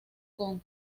con